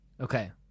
okay